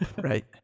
Right